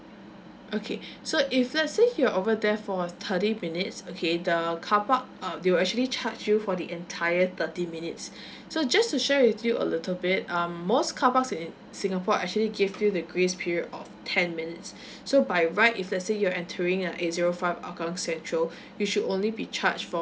okay so if let's say you're over there for thirty minutes okay the carpark uh they will actually charge you for the entire thirty minutes so just to share with you a little bit um most carparks in singapore actually give you the grace period of ten minutes so by right if let's say you're entering a eight zero five hougang central you should only be charged for